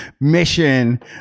mission